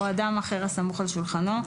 או אדם אחר הסמוך על שולחנו,